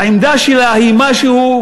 העמדה שלה היא משהו,